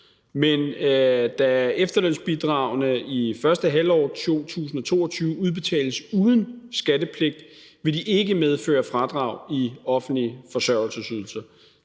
Men da efterlønsbidragene i første halvår 2022 udbetales uden skattepligt, vil de ikke medføre fradrag i offentlige forsørgelsesydelser.